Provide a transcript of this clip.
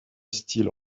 style